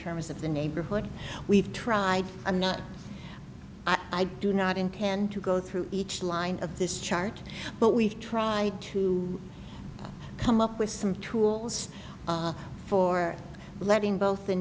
terms of the neighborhood we've tried i'm not i do not intend to go through each line of this chart but we've tried to come up with some tools for letting both the